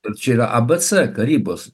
čia yra a b c karybos